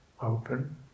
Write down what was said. open